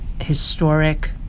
historic